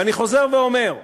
ואני חוזר ואומר,